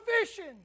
fishing